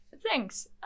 Thanks